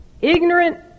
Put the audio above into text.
Ignorant